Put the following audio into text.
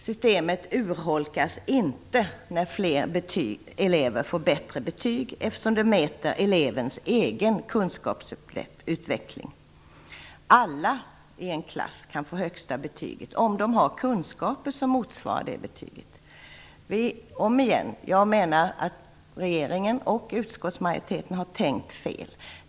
Systemet urholkas inte när fler elever får bättre betyg, eftersom det mäter elevens egen kunskapsutveckling. Alla i en klass kan få högsta betyg om de har kunskaper som motsvarar det betyget. Jag menar att regeringen och utskottsmajoriteten har tänkt fel.